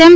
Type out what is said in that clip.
એમ